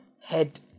head